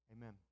Amen